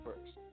first